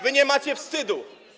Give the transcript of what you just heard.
Wy nie macie wstydu.